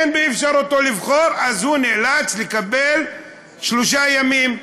אין באפשרותו לבחור, אז הוא נאלץ לקבל שלושה ימים: